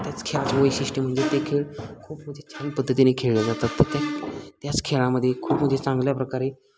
त्याच खेळाचे वैशिष्ट्य म्हणजे ते खेळ खूप म्हणजे छान पद्धतीने खेळले जातात तर त्याच खेळामध्ये खूप म्हणजे चांगल्या प्रकारे